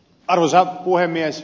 arvoisa puhemies